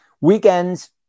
Weekends